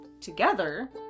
together